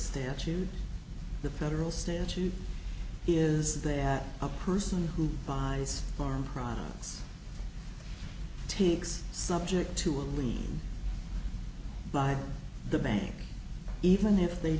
statute the federal statute is that a person who buys farm products takes subject to a lien by the bank even if they